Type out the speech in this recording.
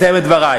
לי לסיים את דברי.